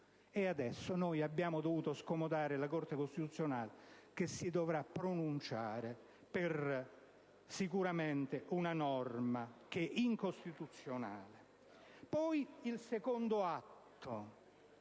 Adesso abbiamo dovuto scomodare la Corte costituzionale, che si dovrà pronunciare per una norma che sicuramente è incostituzionale. Poi, il secondo atto